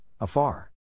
afar